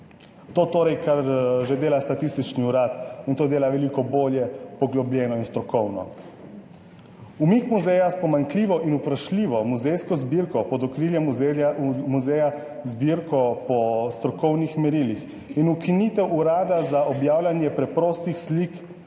to, kar že dela Statistični urad in to dela veliko bolje, poglobljeno in strokovno. Umik muzeja s pomanjkljivo in vprašljivo muzejsko zbirko pod okrilje muzeja z zbirko po strokovnih merilih in ukinitev urada za objavljanje preprostih slik